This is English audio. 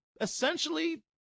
essentially